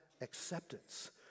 acceptance